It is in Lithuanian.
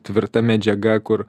tvirta medžiaga kur